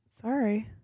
Sorry